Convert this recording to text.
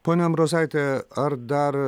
pone ambrozaiti ar dar